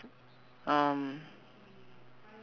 um